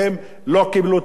ולא קיבלו תקציבים.